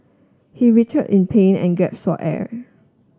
he writhed in pain and gap for air